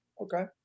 okay